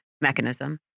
mechanism